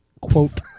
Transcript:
quote